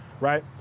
right